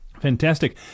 Fantastic